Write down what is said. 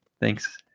thanks